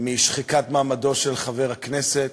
משחיקת מעמדו של חבר הכנסת.